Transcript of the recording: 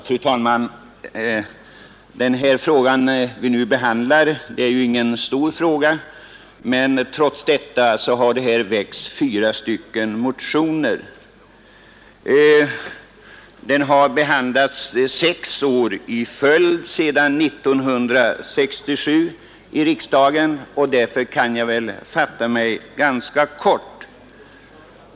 Fru talman! Det ärende vi nu behandlar gäller ingen stor fråga, men trots detta har här väckts fyra motioner. Frågan har behandlats i riksdagen sex år i följd sedan 1967, och därför kan jag väl fatta mig ganska kort.